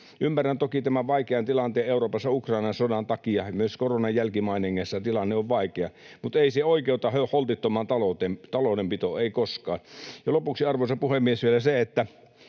Ymmärrän toki tämän vaikean tilanteen Euroopassa Ukrainan sodan takia, ja myös koronan jälkimainingeissa tilanne on vaikea, mutta ei se oikeuta holtittomaan taloudenpitoon, ei koskaan. Ja lopuksi, arvoisa puhemies, vielä se, että